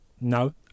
No